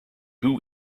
who